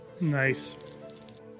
Nice